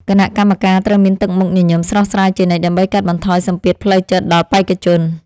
គណៈកម្មការត្រូវមានទឹកមុខញញឹមស្រស់ស្រាយជានិច្ចដើម្បីកាត់បន្ថយសម្ពាធផ្លូវចិត្តដល់បេក្ខជន។